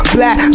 Black